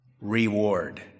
reward